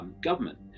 government